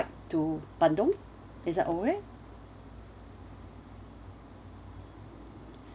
to bandung is that alright